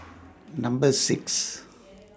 Number six